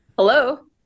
Hello